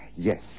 Yes